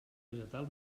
vegetal